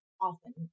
often